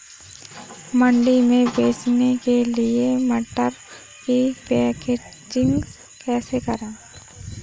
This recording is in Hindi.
मंडी में बेचने के लिए मटर की पैकेजिंग कैसे करें?